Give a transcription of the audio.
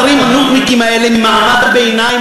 במיוחד הבוחרים הנודניקים האלה ממעמד הביניים,